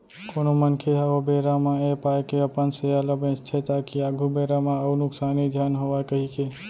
कोनो मनखे ह ओ बेरा म ऐ पाय के अपन सेयर ल बेंचथे ताकि आघु बेरा म अउ नुकसानी झन होवय कहिके